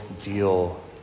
deal